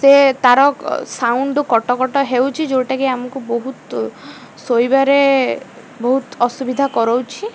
ସେ ତା'ର ସାଉଣ୍ଡ୍ କଟକଟ ହେଉଛି ଯୋଉଟାକି ଆମକୁ ବହୁତ ଶୋଇବାରେ ବହୁତ ଅସୁବିଧା କରାଉଛି